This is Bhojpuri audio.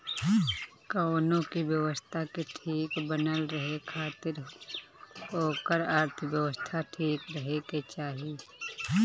कवनो भी व्यवस्था के ठीक बनल रहे खातिर ओकर अर्थव्यवस्था ठीक रहे के चाही